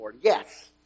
Yes